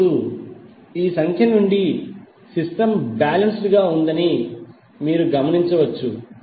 ఇప్పుడు ఈ సంఖ్య నుండి సిస్టమ్ బాలెన్స్డ్ గా ఉందని మీరు గమనించవచ్చు